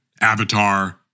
Avatar